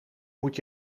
moet